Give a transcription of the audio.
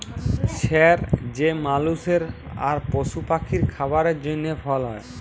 ছের যে মালুসের আর পশু পাখির খাবারের জ্যনহে ফল হ্যয়